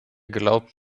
glaubt